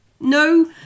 No